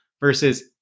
versus